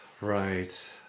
Right